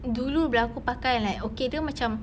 dulu bila aku pakai like okay dia macam